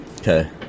Okay